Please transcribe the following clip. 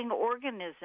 organism